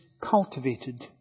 cultivated